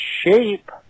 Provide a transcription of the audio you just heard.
shape